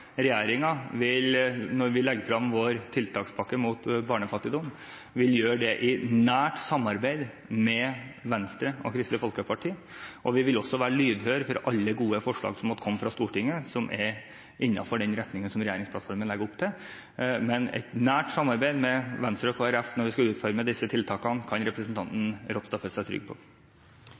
når vi legger frem vår tiltakspakke mot barnefattigdom, vil gjøre det i nært samarbeid med Venstre og Kristelig Folkeparti, og vi vil også være lydhøre for alle gode forslag som måtte komme fra Stortinget, som er innenfor den retningen som regjeringsplattformen legger opp til. Men et nært samarbeid med Venstre og Kristelig Folkeparti når vi skal utforme disse tiltakene, kan representanten Ropstad føle seg trygg på.